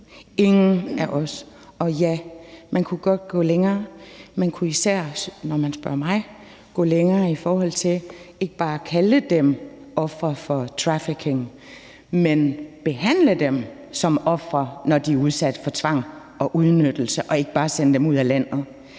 ingen af os. Og ja, man kunne godt gå længere. Man kunne især, hvis man spørger mig, gå længere ved ikke bare at kalde dem ofre for trafficking, men behandle dem som ofre, når de er udsat for tvang og udnyttelse, og ikke bare sende dem ud af landet.